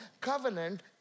Covenant